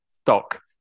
stock